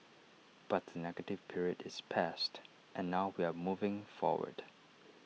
but the negative period is past and now we are moving forward